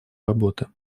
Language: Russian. работы